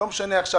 לא משנה עכשיו,